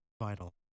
vital